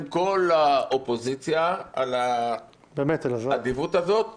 כל האופוזיציה על האדיבות הזאת -- באמת,